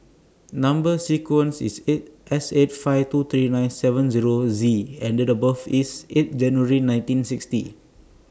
Number sequence IS S eight five two three nine seven Zero Z and Date of birth IS eight January nineteen sixty